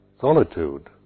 solitude